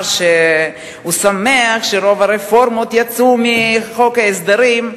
שהוא שמח שרוב הרפורמות יצאו מחוק ההסדרים,